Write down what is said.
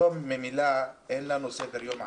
היום ממילא אין לנו סדר-יום עמוס,